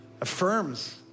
affirms